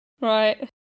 Right